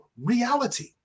reality